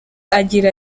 agira